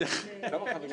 ההצעה